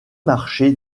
marché